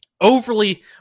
overly